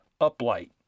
uplight